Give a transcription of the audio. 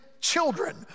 children